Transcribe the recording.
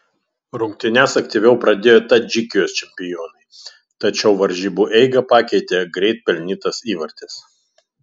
rungtynes aktyviau pradėjo tadžikijos čempionai tačiau varžybų eigą pakeitė greit pelnytas įvartis